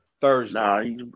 Thursday